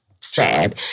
Sad